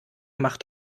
macht